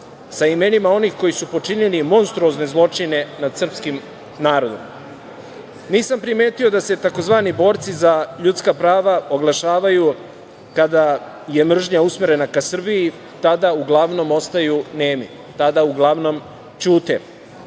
sa imenima onih koji su počinili monstruozne zločine nad srpskim narodom, nisam primetio da se tzv. borci za ljudska prava oglašavaju kada je mržnja usmerena ka Srbiji. Tada uglavnom ostaju nemi, tada uglavnom ćute.